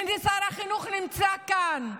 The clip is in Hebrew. והינה, שר החינוך הנמצא כאן,